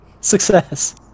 Success